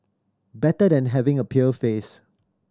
better than having a pale face